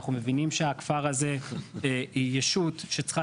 אנחנו מבינים שהכפר הזה הוא ישות שצריכה